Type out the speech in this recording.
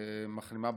מחלימה,